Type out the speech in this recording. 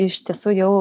iš tiesų jau